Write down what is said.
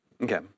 okay